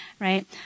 Right